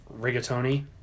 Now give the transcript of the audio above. rigatoni